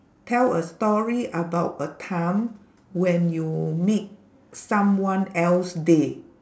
tell a story about a time when you made someone else day